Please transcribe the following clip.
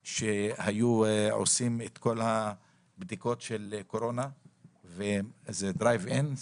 כשהיו עושים את כל בדיקות הקורונה והפעילו את מתחמי הדרייב אין.